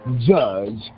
judge